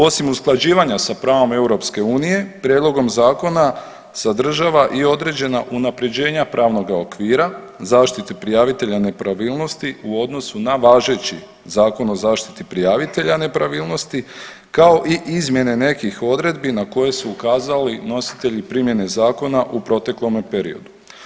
Osim usklađivanja sa pravom EU prijedlogom zakona sadržava i određena unaprjeđenja pravnoga okvira zaštite prijavitelja nepravilnosti u odnosu na važeći Zakon o zaštiti prijavitelja nepravilnosti, kao i izmjene nekih odredbi na koje su ukazali nositelji primjene zakona u proteklome periodu.